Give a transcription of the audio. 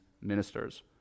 ministers